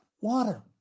water